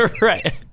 right